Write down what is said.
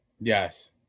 Yes